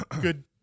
good